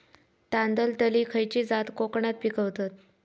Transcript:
तांदलतली खयची जात कोकणात पिकवतत?